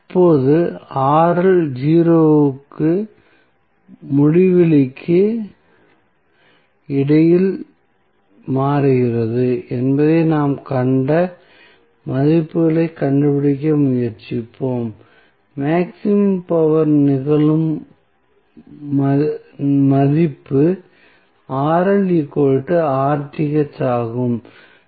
இப்போது 0 க்கு முடிவிலிக்கு இடையில் மாறுகிறது என்பதை நாம் கண்ட மதிப்புகளைக் கண்டுபிடிக்க முயற்சிப்போம் மேக்ஸிமம் பவர் நிகழும் மதிப்பு ஆகும்